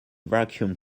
vacuum